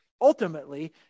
Ultimately